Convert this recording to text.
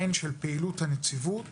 הן של פעילות הנציבות